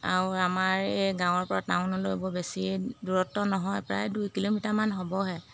আৰু আমাৰ এই গাঁৱৰ পৰা টাউনলৈ বৰ বেছিয়ে দূৰত্ব নহয় প্ৰায় দুই কিলোমিটাৰমান হ'বহে